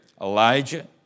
Elijah